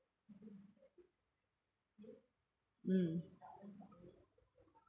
mm